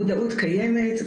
מודעות קיימת.